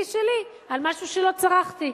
וזה יוצא מכיסי שלי על משהו שלא צרכתי.